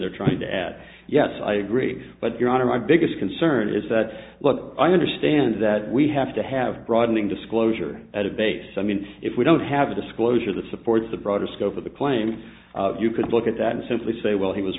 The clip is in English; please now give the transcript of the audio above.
they're trying to add yes i agree but your honor my biggest concern is that what i understand that we have to have broadening disclosure at a base i mean if we don't have a disclosure that supports a broader scope of the claim you could look at that and simply say well he was